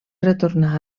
retornar